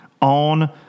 on